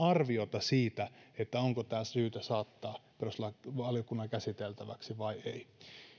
lisää arvioita siitä siitä onko asia syytä saattaa perustuslakivaliokunnan käsiteltäväksi vai ei